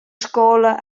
scola